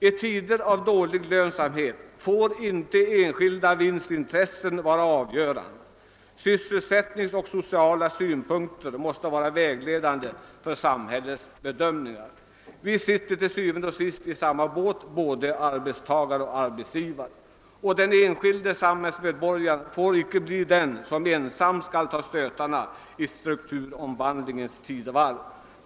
I tider av dålig lönsamhet får inte enskilda vinstintressen vara avgörande. Sysselsättningsmässiga och sociala synpunkter måste vara vägledande för samhällets bedömningar. Både arbetstagare och arbetsgivare sitter til syvende og sidst i samma båt. Den enskilde samhällsmedborgaren skall icke ensam behöva ta stötarna i strukturomvandlingens tidevarv.